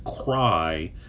cry